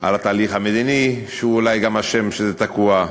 על התהליך המדיני, שהוא אולי גם אשם שזה תקוע,